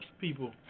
people